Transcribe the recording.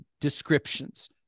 descriptions